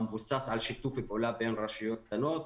המבוסס על שיתוף פעולה בין רשויות קטנות,